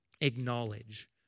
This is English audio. acknowledge